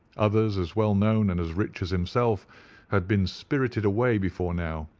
others as well known and as rich as himself had been spirited away before now,